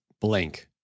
blank